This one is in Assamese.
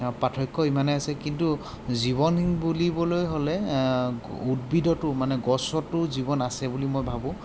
পাৰ্থক্য ইমানেই আছে কিন্তু জীৱন বুলিবলৈ হ'লে উদ্ভিদতো মানে গছতো জীৱন আছে বুলি মই ভাবোঁ